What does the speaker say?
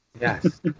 Yes